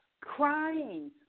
crying